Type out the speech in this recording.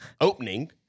opening